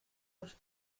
los